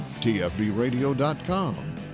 tfbradio.com